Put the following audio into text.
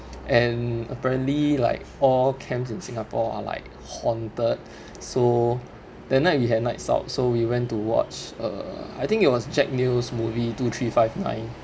and apparently like all camps in singapore are like haunted so that night we had nights out so we went to watch uh I think it was jack neo's movie two three five nine